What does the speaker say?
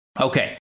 Okay